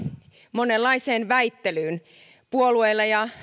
monenlaiseen väittelyyn puolueilla ja